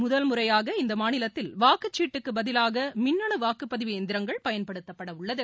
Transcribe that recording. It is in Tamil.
முதல்முறையாக இந்த மாநிலத்தில் வாக்குச்சீட்டுகளுக்கு பதிவாக மின்னணு வாக்குப்பதிவு எந்திரங்கள் பயன்பட உள்ளது